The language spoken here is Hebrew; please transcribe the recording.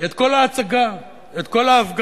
את כל ההצגה, את כל ההפגנה.